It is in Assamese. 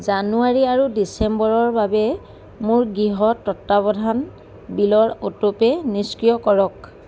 জানুৱাৰী আৰু ডিচেম্বৰৰ বাবে মোৰ গৃহ তত্বাৱধান বিলৰ অটোপে' নিষ্ক্ৰিয় কৰক